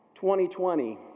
2020